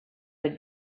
had